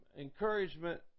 encouragement